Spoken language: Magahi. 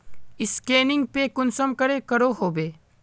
स्कैनिंग पे कुंसम करे करो होबे?